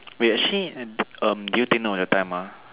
wait actually and um did you take note of the time ah